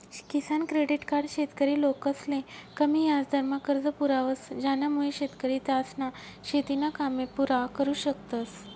किसान credit card शेतकरी लोकसले कमी याजदरमा कर्ज पुरावस ज्यानामुये शेतकरी त्यासना शेतीना कामे पुरा करु शकतस